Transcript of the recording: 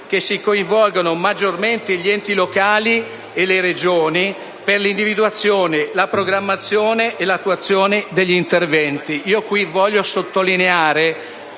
di coinvolgere maggiormente gli enti locali e le Regioni per l'individuazione, la programmazione e l'attuazione degli interventi. Voglio sottolineare,